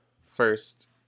First